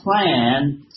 plan